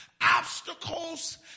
obstacles